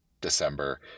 December